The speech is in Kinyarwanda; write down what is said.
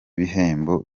bihembo